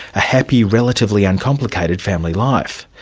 a happy, relatively uncomplicated family life.